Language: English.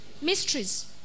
Mysteries